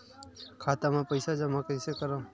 खाता म पईसा जमा कइसे करव?